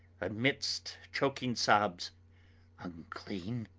amidst choking sobs unclean,